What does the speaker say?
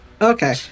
Okay